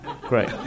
Great